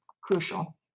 crucial